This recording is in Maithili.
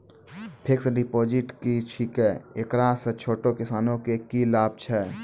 फिक्स्ड डिपॉजिट की छिकै, एकरा से छोटो किसानों के की लाभ छै?